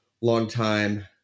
longtime